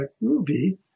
Ruby